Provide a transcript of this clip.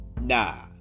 Nah